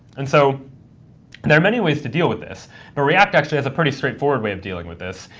and so there are many ways to deal with this, but react actually has a pretty straightforward way of dealing with this,